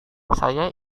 saya